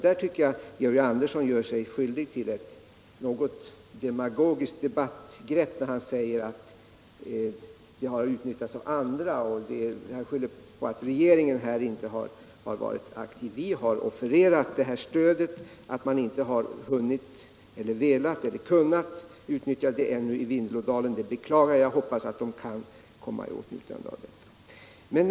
Här tycker jag att Georg Andersson gör sig skyldig ull ett något demagogiskt debattgrepp när han säger att det statliga stödet har utnyttjats av andra och skyller på att regeringen inte har varit aktiv. Vi har offererat detta stöd. Att man ännu inte har hunnit, velat eller kunnat utnyttja det i Vindelådalen beklagar jag. och jag hoppas att man där kommer i åtnjutande av det.